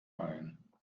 ein